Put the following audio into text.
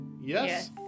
yes